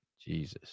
jesus